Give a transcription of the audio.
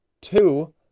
Two